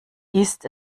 ist